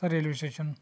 sir railway station